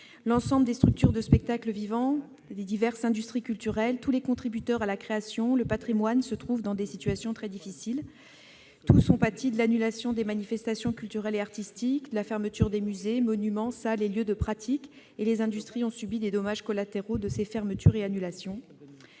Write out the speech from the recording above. L'ensemble des structures de spectacle vivant, les diverses industries culturelles, tous les contributeurs à la création et le secteur du patrimoine se trouvent dans des situations très difficiles. Tous ces acteurs ont pâti de l'annulation des manifestations culturelles et artistiques, de la fermeture des musées, monuments, salles et lieux de pratique culturelle ; et les industries culturelles ont subi les dommages collatéraux de ces fermetures et annulations.